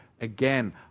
again